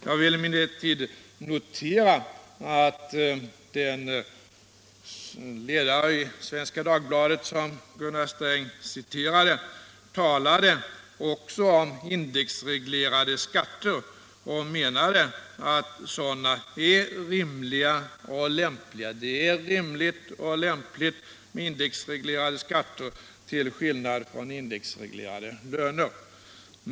Jag vill emellertid notera att den ledare i Svenska Dagbladet som Gunnar Sträng citerade ur också talade om in , dexreglerade skatter och menade att sådana är rimliga och lämpliga. Det är rimligt och lämpligt med indexreglerade skatter till skillnad från att indexreglera löner.